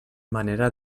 manera